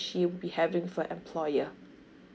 she would be having for employer